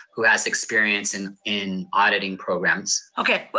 who has experience in in auditing programs. okay. but